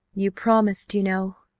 you promised, you know!